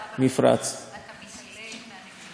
אדוני השר, אתה מתעלם מהנקודות החמות.